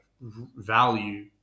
value